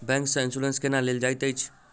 bank सँ insurance केना लेल जाइत अछि